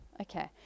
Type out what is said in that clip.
Okay